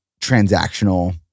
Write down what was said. transactional